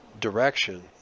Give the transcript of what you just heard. direction